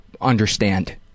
understand